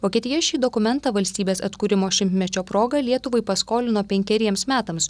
vokietija šį dokumentą valstybės atkūrimo šimtmečio proga lietuvai paskolino penkeriems metams